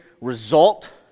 result